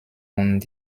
und